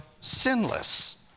sinless